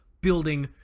building